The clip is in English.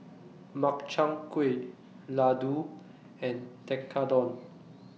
Makchang Gui Ladoo and Tekkadon